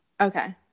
Okay